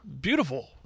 beautiful